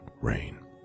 rain